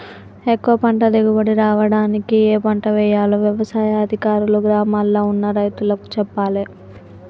ఎక్కువ పంట దిగుబడి రావడానికి ఏ పంట వేయాలో వ్యవసాయ అధికారులు గ్రామాల్ల ఉన్న రైతులకు చెప్పాలే